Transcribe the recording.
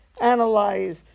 analyze